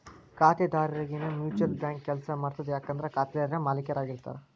ಖಾತೆದಾರರರಿಗೆನೇ mutual bank ಕೆಲ್ಸ ಮಾಡ್ತದ ಯಾಕಂದ್ರ ಖಾತೆದಾರರೇ ಮಾಲೇಕರಾಗಿರ್ತಾರ